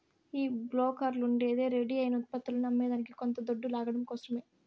ఈ బోకర్లుండేదే రెడీ అయిన ఉత్పత్తులని అమ్మేదానికి కొంత దొడ్డు లాగడం కోసరమే